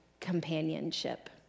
companionship